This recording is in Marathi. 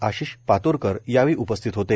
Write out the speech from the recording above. आशिष पातूरकर यावेळी उपस्थित होते